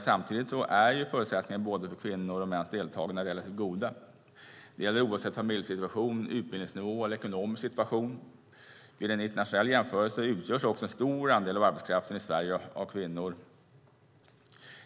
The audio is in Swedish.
Samtidigt är förutsättningarna för både kvinnors och mäns deltagande relativt goda. Det gäller oavsett familjesituation, utbildningsnivå eller ekonomisk situation. Vid en internationell jämförelse utgörs också en stor andel av arbetskraften i Sverige av kvinnor.